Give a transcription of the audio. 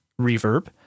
reverb